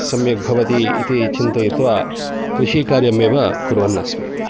सम्यक् भवति इति चिन्तयित्वा कृषिकार्यम् एव कुर्वन्नस्मि